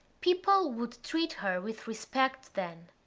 people would treat her with respect then.